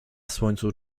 słońcu